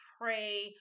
pray